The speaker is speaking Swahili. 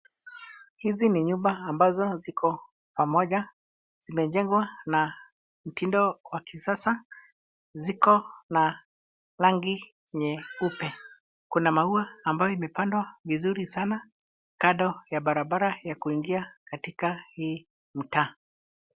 Hizi ni nyumba ambazo ziko pamoja. Zimejengwa na mtindo wa kisasa. Ziko na rangi nyeupe. Kuna maua ambayo imepandwa vizuri sana kando ya barabara ya kuingia katika hii mtaa.